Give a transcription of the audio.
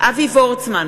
אבי וורצמן,